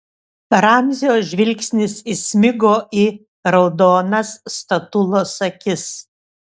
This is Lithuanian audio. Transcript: ramzio žvilgsnis įsmigo į raudonas statulos akis